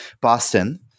Boston